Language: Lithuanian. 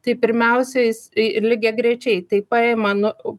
tai pirmiausiai jis ir lygiagrečiai tai paima nu